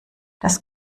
das